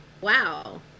Wow